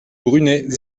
brunet